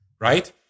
right